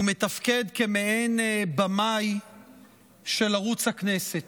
ומתפקד כמעין במאי של ערוץ הכנסת.